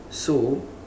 so